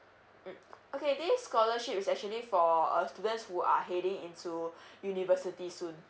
mm okay this scholarship is actually for a students who are heading into university soon